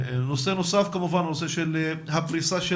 נושא נוסף הוא הנושא של הפריסה של